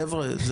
חבר'ה,